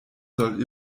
soll